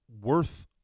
worth